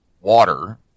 water